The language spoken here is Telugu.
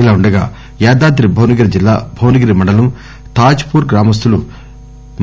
ఇలా వుండగా యాదాద్రి భువనగిరి జిల్లా భువన గిరి మండలం తాజ్ పూర్ గ్రామస్తులు